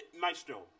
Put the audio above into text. Maestro